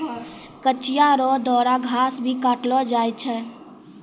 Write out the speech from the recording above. कचिया रो द्वारा घास भी काटलो जाय छै